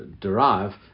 derive